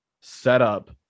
setup